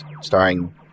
starring